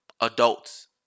adults